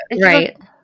Right